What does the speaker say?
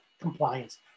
compliance